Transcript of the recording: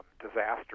disaster